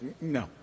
no